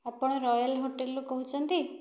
ଆପଣ ରୟାଲ ହୋଟେଲରୁ କହୁଛନ୍ତି